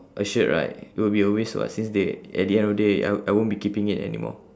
a shirt right it would be a waste [what] since they at the end of the day I I won't be keeping it anymore